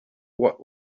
what